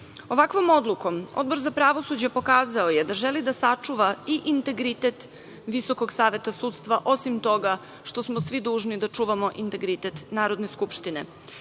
odlukom Odbor za pravosuđe pokazao je da želi da sačuva i integritet Visokog saveta sudstva, osim toga što smo svi dužni da čuvamo integritet Narodne skupštine,